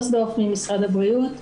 ממשרד הבריאות.